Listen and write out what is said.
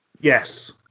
Yes